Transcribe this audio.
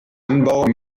anbau